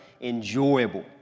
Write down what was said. enjoyable